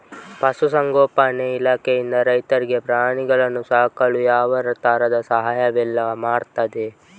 ಪಶುಸಂಗೋಪನೆ ಇಲಾಖೆಯಿಂದ ರೈತರಿಗೆ ಪ್ರಾಣಿಗಳನ್ನು ಸಾಕಲು ಯಾವ ತರದ ಸಹಾಯವೆಲ್ಲ ಮಾಡ್ತದೆ?